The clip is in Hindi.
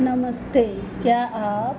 नमस्ते क्या आप